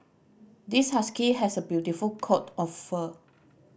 this husky has a beautiful coat of fur